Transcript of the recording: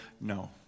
no